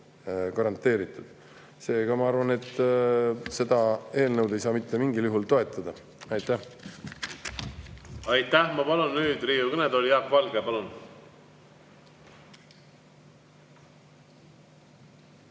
garanteeritud. Seega, ma arvan, seda eelnõu ei saa mitte mingil juhul toetada. Aitäh! Aitäh! Ma palun nüüd Riigikogu kõnetooli Jaak Valge. Palun!